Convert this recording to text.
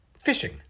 fishing